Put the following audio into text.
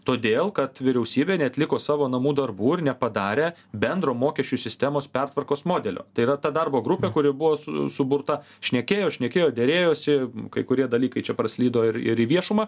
todėl kad vyriausybė neatliko savo namų darbų ir nepadarė bendro mokesčių sistemos pertvarkos modelio tai yra ta darbo grupė kuri buvo su suburta šnekėjo šnekėjo derėjosi kai kurie dalykai čia praslydo ir ir į viešumą